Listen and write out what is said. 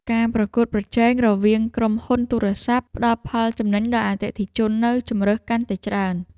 ការប្រកួតប្រជែងរវាងក្រុមហ៊ុនទូរស័ព្ទ ផ្តល់ផលចំណេញដល់អតិថិជននូវជម្រើសកាន់តែច្រើន។